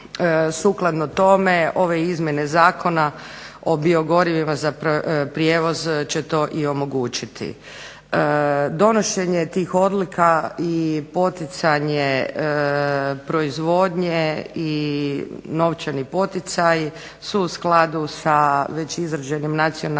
sukladno tome ove izmjene Zakona o biogorivima za prijevoz će to i omogućiti. Donošenje tih odluka i poticanje proizvodnje i novčani poticaj su u skladu sa već izrađenim nacionalnim